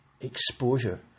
exposure